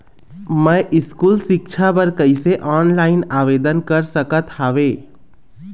मैं स्कूल सिक्छा बर कैसे ऑनलाइन आवेदन कर सकत हावे?